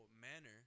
manner